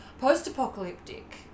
post-apocalyptic